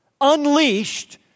unleashed